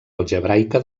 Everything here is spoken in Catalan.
algebraica